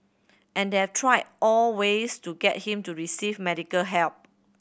and they have tried all ways to get him to receive medical help